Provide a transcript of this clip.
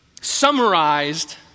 summarized